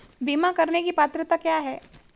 बीमा करने की पात्रता क्या है?